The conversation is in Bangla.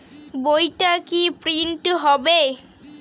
বইটা কি প্রিন্ট হবে?